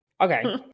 Okay